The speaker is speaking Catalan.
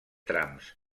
trams